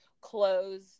clothes